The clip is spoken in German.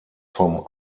vom